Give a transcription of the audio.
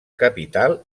capital